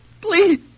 Please